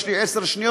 יש לי עשר שניות.